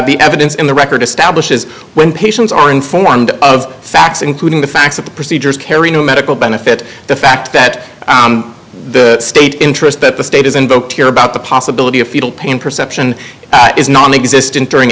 the evidence in the record establishes when patients are informed of facts including the facts of the procedures carry no medical benefit the fact that the state interest that the state is invoked here about the possibility of fetal pain perception is nonexistent during